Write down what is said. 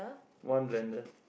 one blender